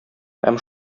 һәм